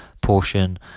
portion